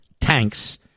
tanks